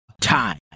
time